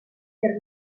fer